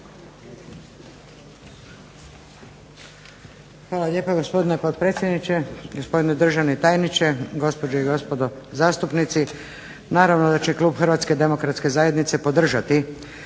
Hvala lijepa gospodine potpredsjedniče, gospodine državni tajniče, gospođe i gospodo zastupnici. Naravno da će klub Hrvatske demokratske zajednice podržati